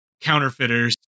counterfeiters